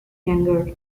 younger